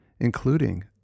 including